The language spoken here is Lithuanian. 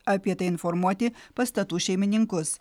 apie tai informuoti pastatų šeimininkus